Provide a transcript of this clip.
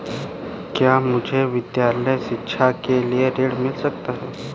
क्या मुझे विद्यालय शिक्षा के लिए ऋण मिल सकता है?